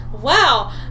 Wow